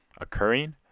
occurring